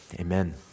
Amen